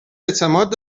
اعتماد